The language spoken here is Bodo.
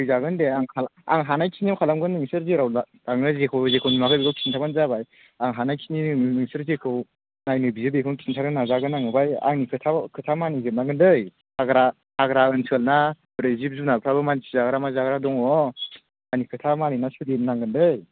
फैजागोन दे आं आं हानाय खिनिखौ खालामगोन नोंसोर जेराव बा थाङो जेखौ जेखौ नुवाखै बेखौ खिन्थाबानो जाबाय आं हानाय खिनि नोंसोर जेखौ नायनो बियो बेखौनो खिन्थानो नाजागोन आं ओमफ्राय आंनि खोथाखौ खोथा मानि जोबनांगोन दै हाग्रा हाग्रा ओनसोल ना ओरै जिब जुनारफ्राबो मानसि जाग्रा मा जाग्रा दङ आंनि खोथा मानिनानै सोलि नांगोन दै